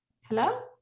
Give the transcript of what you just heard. Hello